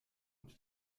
und